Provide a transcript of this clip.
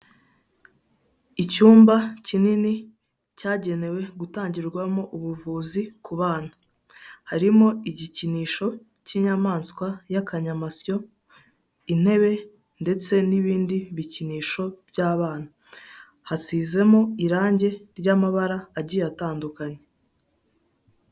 Icyumba kinini cyagenewe gutangirwamo ubuvuzi ku bana, harimo igikinisho cy'inyamaswa y'akanyamasiyo, intebe ndetse n'ibindi bikinisho by'abana. Hasizemo irangi ry'amabara agiye atandukanye.